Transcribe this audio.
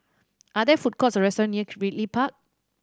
are there food courts or restaurants near Park